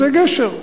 זה גשר.